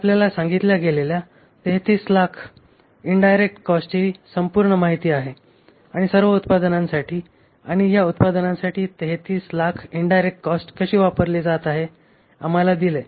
आपल्याला सांगितल्या गेलेल्या 3300000 इन्डायरेक्ट कॉस्टची संपूर्ण माहिती आहे आणि सर्व उत्पादनांसाठी आणि या उत्पादनासाठी 3300000 इन्डायरेक्ट कॉस्ट कशी वापरली जात आहे आम्हाला दिले